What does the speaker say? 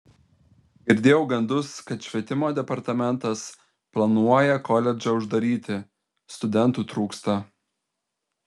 girdėjau gandus kad švietimo departamentas planuoja koledžą uždaryti studentų trūksta